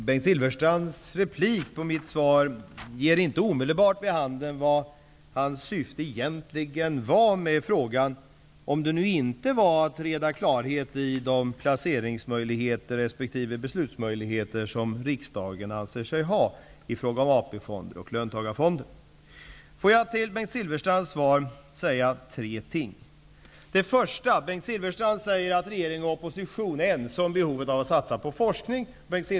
Bengt Silfverstrands inlägg med anledning av mitt svar ger inte omedelbart vid handen vad hans syfte med frågan egentligen var, om det nu inte var att bringa klarhet i de placeringsmöjligheter resp. beslutsmöjligheter som riksdagen anser sig ha i fråga om AP-fonder och löntagarfonder.